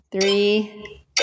Three